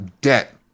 debt